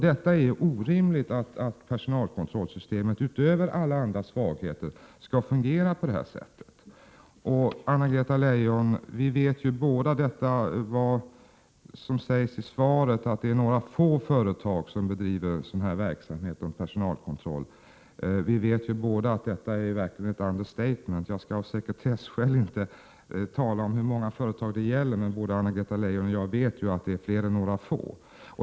Det är orimligt att personalkontrollsystemet, utöver alla andra svagheter, skall fungera på det här sättet. Det sägs i svaret att det är några få företag som har personalkontroll. Både Prot. 1987/88:124 Anna-Greta Leijon och jag vet att det är ett understatement. Av sekretesskäl 20 maj 1988 skall jag inte tala om hur många företag det gäller, men vi båda vet att det är fler än några få.